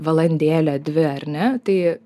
valandėlę dvi ar ne tai